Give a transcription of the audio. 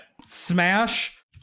Smash